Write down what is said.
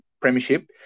premiership